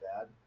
bad